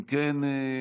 אם כן,